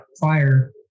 fire